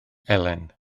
elen